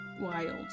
wild